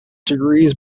degrees